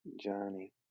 Johnny